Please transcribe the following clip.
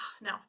no